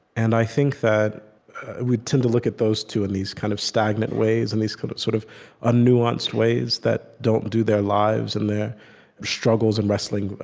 and i think that we tend to look at those two in these kind of stagnant ways, in these kind of sort of un-nuanced ways that don't do their lives, and their struggles and wrestling,